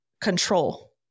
control